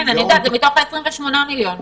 זה מתוך 28 המיליונים.